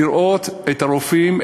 לראות את הרופאים,